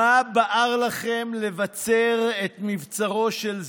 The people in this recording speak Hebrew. מה בער לכם לבצר זה את מבצרו של זה?